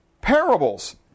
parables